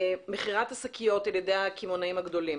מכירת השקיות על ידי הקמעונאים הגדולים,